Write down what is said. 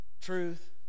truth